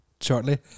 shortly